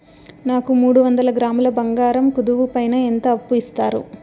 నాకు మూడు వందల గ్రాములు బంగారం కుదువు పైన ఎంత అప్పు ఇస్తారు?